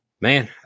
man